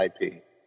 IP